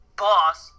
boss